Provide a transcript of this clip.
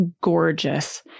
gorgeous